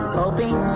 hoping